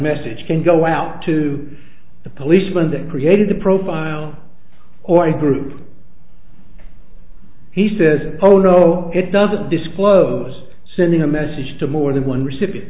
message can go out to the policeman that created the profile or a group he says oh no it doesn't disclose sending a message to more than one recipient